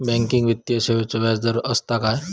Banking वित्तीय सेवाचो व्याजदर असता काय?